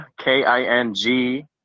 K-I-N-G